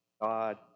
God